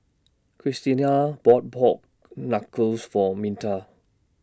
Christiana bought Pork Knuckles For Minta